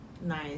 Nice